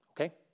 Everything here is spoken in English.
Okay